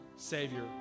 Savior